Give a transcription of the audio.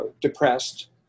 depressed